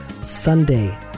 Sunday